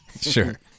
Sure